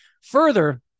Further